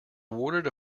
awarded